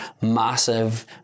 massive